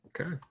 Okay